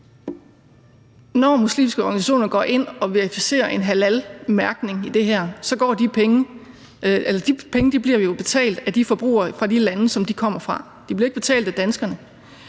Når muslimske organisationer går ind og verificerer en halalmærkning af det her, bliver de penge jo betalt af forbrugerne i de lande, de kommer fra. De bliver ikke betalt af danskerne.